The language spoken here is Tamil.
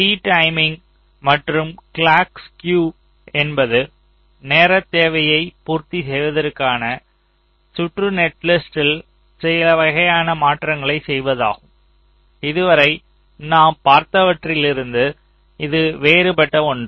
ரீடைமிங் மற்றும் கிளாக் ஸ்குயு என்பது நேரத் தேவையைப் பூர்த்தி செய்வதற்காக சுற்று நெட்லிஸ்ட்டில் சில வகையான மாற்றங்களை செய்வதாகும் இதுவரை நாம் பார்த்தவற்றிலிருந்து இது வேறுபட்ட ஒன்று